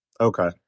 Okay